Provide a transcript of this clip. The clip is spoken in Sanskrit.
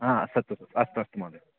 हा सः तु अस्तु अस्तु महोदय